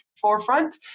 forefront